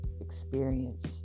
experience